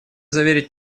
заверить